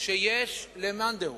שיש למאן דהוא,